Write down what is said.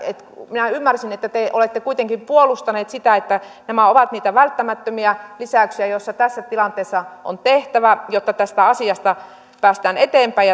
minä ymmärsin että te olette kuitenkin puolustaneet sitä että nämä ovat niitä välttämättömiä lisäyksiä joita tässä tilanteessa on tehtävä jotta tästä asiasta päästään eteenpäin